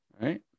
right